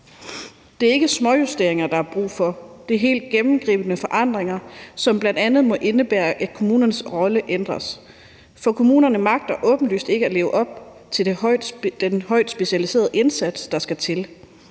Det er ikke småjusteringer, der er brug for, det er helt gennemgribende forandringer, som bl.a. må indebære, at kommunernes rolle ændres. For kommunerne magter åbenlyst ikke at leve op til den højt specialiserede indsats, der skal til.